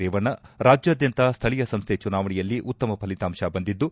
ರೇವಣ್ಣ ರಾಜ್ಯಾದ್ಯಂತ ಸ್ಥಳೀಯ ಸಂಸ್ಥೆ ಚುನಾವಣೆಯಲ್ಲಿ ಉತ್ತಮ ಫಲಿತಾಂಶ ಬಂದಿದ್ದು